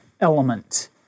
element